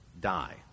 die